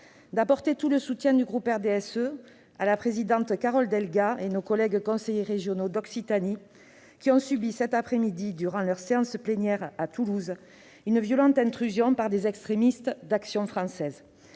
d'apporter tout le soutien du groupe du RDSE à la présidente Carole Delga et à nos collègues conseillers régionaux d'Occitanie, qui ont subi cet après-midi, durant leur séance plénière à Toulouse, une violente intrusion d'extrémistes de l'Action française.